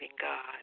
God